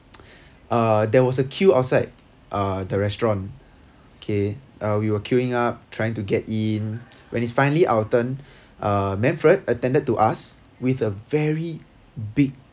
uh there was a queue outside uh the restaurant okay uh we were queueing up trying to get in when it's finally our turn uh manfred attended to us with a very big